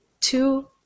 two